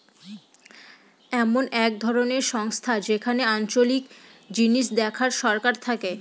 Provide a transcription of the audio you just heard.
এমন এক ধরনের সংস্থা যেখানে আঞ্চলিক জিনিস দেখার সরকার থাকে